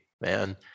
man